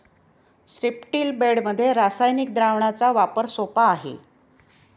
स्ट्रिप्टील बेडमध्ये रासायनिक द्रावणाचा वापर सोपा आहे